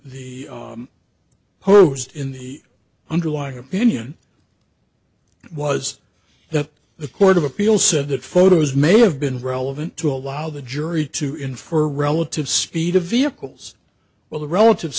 post in the underlying opinion was that the court of appeal said that photos may have been relevant to allow the jury to infer relative speed of vehicles well the relative